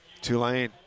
Tulane